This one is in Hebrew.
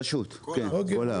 כן, רשות, כל הארץ.